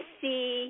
see